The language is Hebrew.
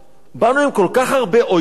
באנו עם כל כך הרבה עוינות,